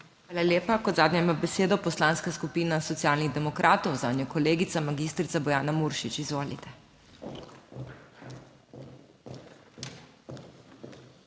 Hvala lepa. Kot zadnja ima besedo Poslanska skupina Socialnih demokratov, zanjo kolegica magistrica Bojana Muršič. Izvolite.